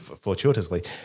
fortuitously